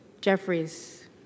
Jeffries